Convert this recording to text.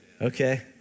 Okay